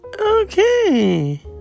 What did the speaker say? okay